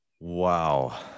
Wow